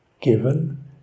given